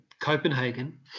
Copenhagen